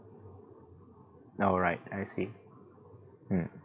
alright I see mm